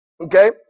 Okay